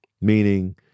meaning –